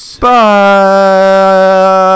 Bye